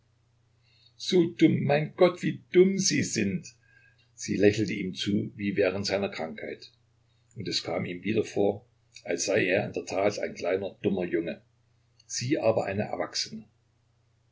so dumm mein gott wie dumm sie sind sie lächelte ihm zu wie während seiner krankheit und es kam ihm wieder vor als sei er in der tat ein kleiner dummer junge sie aber eine erwachsene